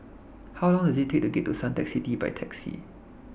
How Long Does IT Take to get to Suntec City By Taxi